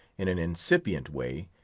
in an incipient way,